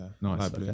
Nice